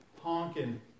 honking